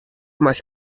moast